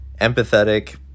empathetic